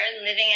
living